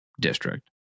district